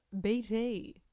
BT